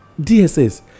DSS